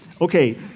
Okay